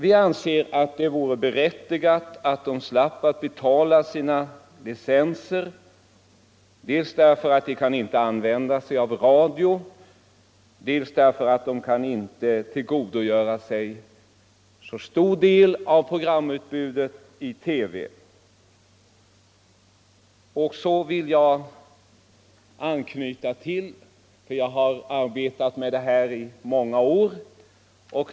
Vi anser att det vore berättigat att dessa handikappade slapp betala ljudradiooch TV licens dels därför att de inte kan höra på radio, dels därför att de inte kan tillgodogöra sig så stor del av programutbudet i TV. Jag har arbetat med detta i många år.